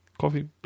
coffee